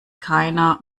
keiner